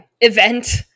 event